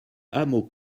hameau